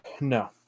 No